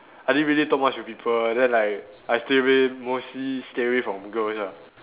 I didn't really talk much with people then like I stay away mostly stay away from girls ah